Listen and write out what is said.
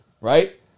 Right